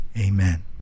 amen